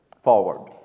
forward